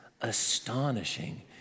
astonishing